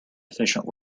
efficient